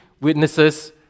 witnesses